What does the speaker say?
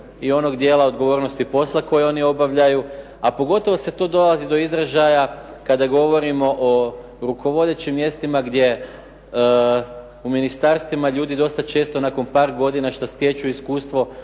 i onog dijela odgovornosti posla koji oni obavljaju a pogotovo dolazi do izražaja kada govorimo o rukovodećim mjestima gdje u ministarstvima ljudi dosta često nakon par godina što stječu iskustvo